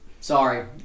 Sorry